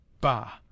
Bah